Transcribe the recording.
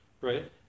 right